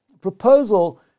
proposal